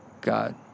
God